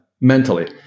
mentally